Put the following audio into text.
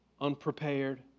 unprepared